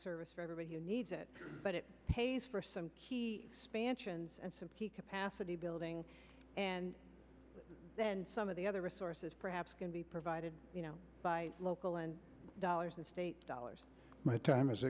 service for everybody who needs it but it pays for some key stanchions and some key capacity building and then some of the other resources perhaps can be provided you know by local and dollars and state dollars my time